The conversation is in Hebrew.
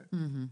וחבר'ה,